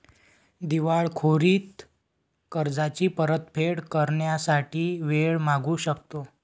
दिवाळखोरीत कर्जाची परतफेड करण्यासाठी वेळ मागू शकतो